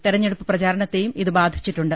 തെരഞ്ഞെടുപ്പ് പ്രചാരണ ത്തെയും ഇത് ബാധിച്ചിട്ടുണ്ട്